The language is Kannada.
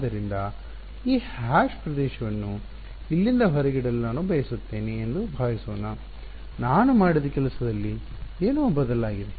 ಆದ್ದರಿಂದ ಈ ಹ್ಯಾಶ್ ಪ್ರದೇಶವನ್ನು ಇಲ್ಲಿಂದ ಹೊರಗಿಡಲು ನಾನು ಬಯಸುತ್ತೇನೆ ಎಂದು ಭಾವಿಸೋಣ ನಾನು ಮಾಡಿದ ಕೆಲಸದಲ್ಲಿ ಏನು ಬದಲಾಗುತ್ತದೆ